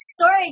story